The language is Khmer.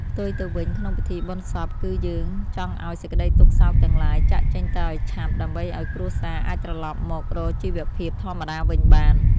ផ្ទុយទៅវិញក្នុងពិធីបុណ្យសព គឺ យើងចង់ឱ្យសេចក្តីទុក្ខសោកទាំងឡាយចាកចេញទៅឱ្យឆាប់ដើម្បីឱ្យគ្រួសារអាចត្រឡប់មករកជីវភាពធម្មតាវិញបាន។